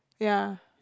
yeah